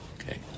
Okay